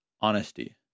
honesty